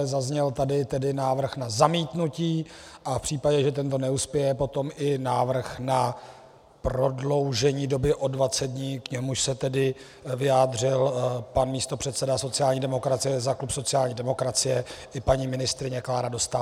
Zazněl tady tedy návrh na zamítnutí a v případě, že tento neuspěje, potom i návrh na prodloužení doby o dvacet dní, k němuž se tedy vyjádřil pan místopředseda sociální demokracie za klub sociální demokracie i paní ministryně Klára Dostálová.